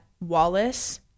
Wallace